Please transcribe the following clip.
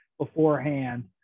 beforehand